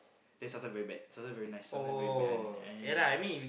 then sometimes very bad sometimes very nice sometime very bad one eh